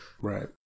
right